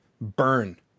burn